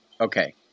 okay